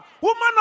woman